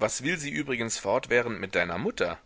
was will sie übrigens fortwährend mit deiner mutter